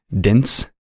dense